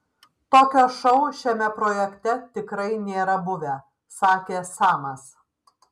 tokio šou šiame projekte tikrai nėra buvę sakė samas